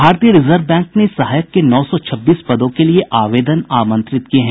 भारतीय reserve bank ने सहायक के नौ सौ छब्बीस पदों के लिए आवेदन आमंत्रित किये हैं